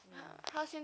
mm